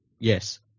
Yes